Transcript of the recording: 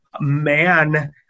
man